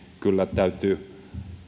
kyllä täytyy